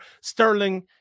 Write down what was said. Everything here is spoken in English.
Sterling